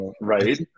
Right